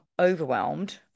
overwhelmed